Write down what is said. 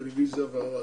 לטלוויזיה והרדיו.